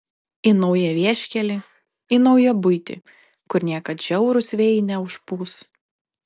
į naują vieškelį į naują buitį kur niekad šiaurūs vėjai neužpūs